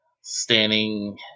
standing